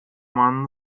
man